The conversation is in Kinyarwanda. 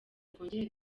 twongere